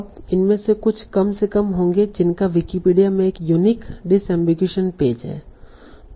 अब इनमें से कुछ कम से कम ऐसे होंगे जिनका विकिपीडिया में एक यूनिक डिसअम्बिगुईशन पेज है